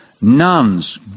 nuns